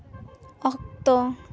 ᱚᱠᱛᱚ